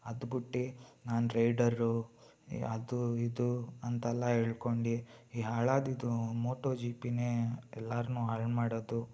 ಅದ್ಬಿಟ್ಟಿ ನಾನು ರೈಡರು ಅದು ಇದು ಅಂತೆಲ್ಲ ಹೇಳ್ಕೊಂಡಿ ಈ ಹಾಳಾದ್ದಿದು ಮೋಟೋ ಜಿ ಪಿನೇ ಎಲ್ಲಾರನ್ನು ಹಾಳು ಮಾಡೋದು